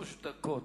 שלוש דקות.